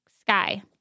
sky